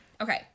okay